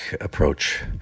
approach